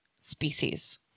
species